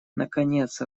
наконец